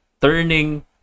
turning